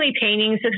paintings